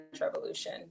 Revolution